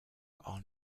are